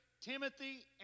Timothy